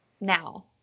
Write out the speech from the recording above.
now